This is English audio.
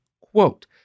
Quote